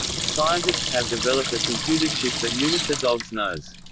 scientists have developed a computer chip that mimics a dog's nose.